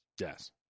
Yes